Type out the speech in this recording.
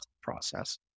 process